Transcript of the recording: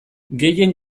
gehien